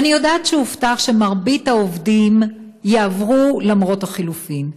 ואני יודעת שהובטח שמרבית העובדים יעברו למרות החילופים,